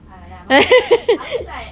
oh ya apa apa I mean like